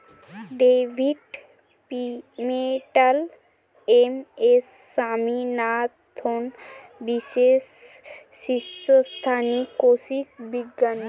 David Pimentel, M S Swaminathan বিশ্বের শীর্ষস্থানীয় কৃষি বিজ্ঞানী